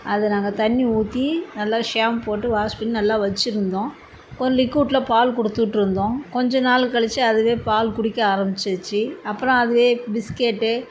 அதை நாங்கள் தண்ணி ஊற்றி நல்லா ஷாம்ப் போட்டு வாஷ் பண்ணி நல்லா வச்சிருந்தோம் ஒரு லிக்யூட்டில் பால் கொடுத்துட்ருந்தோம் கொஞ்சம் நாள் கழிச்சி அதுவே பால் குடிக்க ஆரமிச்சிருச்சு அப்புறம் அதுவே பிஸ்கேட்டு